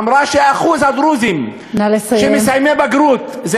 אמרה ששיעור הדרוזים מסיימי בגרות, נא לסיים.